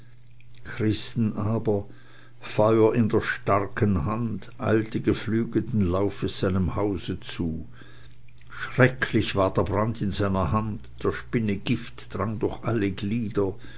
christen aber feuer in der starken hand eilte geflügelten laufes seinem hause zu schrecklich war der brand in seiner hand der spinne gift drang durch alle glieder